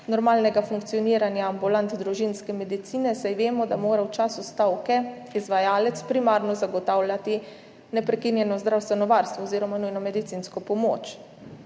normalnega funkcioniranja ambulant družinske medicine, saj vemo, da mora v času stavke izvajalec primarno zagotavljati neprekinjeno zdravstveno varstvo oziroma nujno medicinsko pomoč.